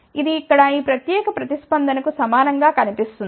ఇది ఇక్కడ ఈ ప్రత్యేక ప్రతిస్పందన కు సమానం గా కనిపిస్తుంది